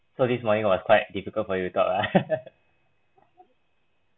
so this morning was quite difficult for you to talk ah